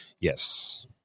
Yes